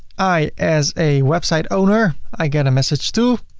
i as a website owner. i get a message too,